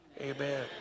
Amen